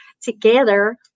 together